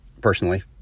personally